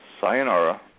sayonara